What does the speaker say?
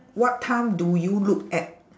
what time do you look at